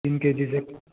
तीन के जी से